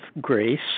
grace